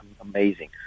amazing